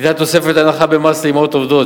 ניתנה תוספת הנחה במס לאמהות עובדות,